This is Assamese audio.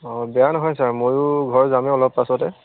অঁ বেয়া নহয় ছাৰ মইয়ো ঘৰ যামেই অলপ পাছতে